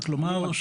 רק לומר,